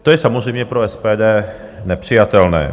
To je samozřejmě pro SPD nepřijatelné.